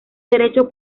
derecho